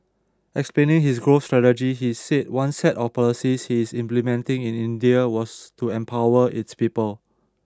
explaining his growth strategy he said one set of policies he is implementing in India was to empower its people